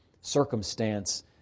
circumstance